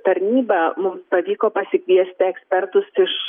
tarnyba mums pavyko pasikviesti ekspertus iš